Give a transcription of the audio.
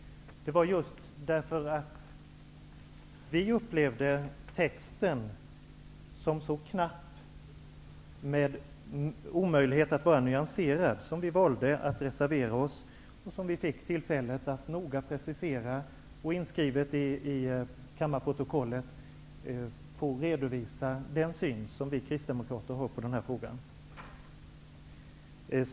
Det var just därför att vi upplevde texten som så kortfattad och onyanserad som vi valde att reservera oss, så att vi fick tillfälle att noga precisera och i kammarprotokollet redovisa den syn som vi kristdemokrater har i denna fråga.